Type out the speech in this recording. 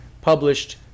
published